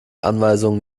anweisungen